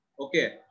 Okay